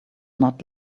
not